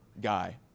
guy